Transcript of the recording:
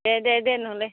দে দে দে নহ'লে